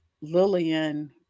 Lillian